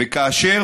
וכאשר